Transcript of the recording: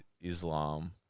Islam